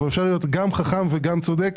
אבל אפשר להיות גם חכם וגם צודק.